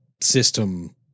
system